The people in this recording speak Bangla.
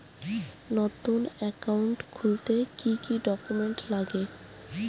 নতুন একাউন্ট খুলতে কি কি ডকুমেন্ট লাগে?